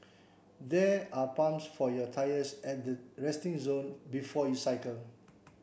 there are pumps for your tyres at the resting zone before you cycle